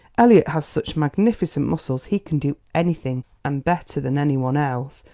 elliot has such magnificent muscles he can do anything, and better than any one else,